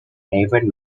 hayward